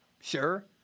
Sure